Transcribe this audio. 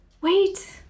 Wait